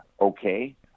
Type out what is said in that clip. okay